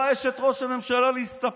באה אשת ראש הממשלה להסתפר.